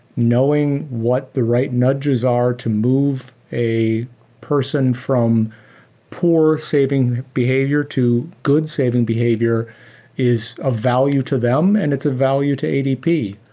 knowing what the right nudges are to move a person from poor saving behavior to good saving behavior is a value to them and it's a value to adp.